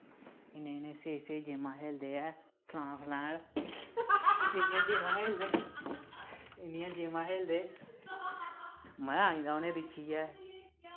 इ'न्ने इ'न्ने स्हेई स्हेई गेमां खेलदे ऐ खलान पलैन इन्नियां गेमां खेलदे इन्नियां गेमां खेलदे मज़ा आई जंदा उ'नेंगी दिक्खियै